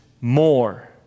more